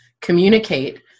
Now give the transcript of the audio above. communicate